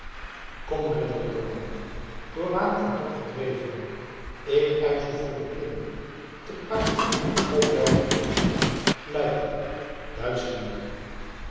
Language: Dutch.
kom ridderlijke man door waan ten top gedreven ik eysch u voor de kling te paarde of wel te voet luyken duitsche